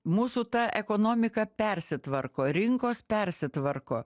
mūsų ta ekonomika persitvarko rinkos persitvarko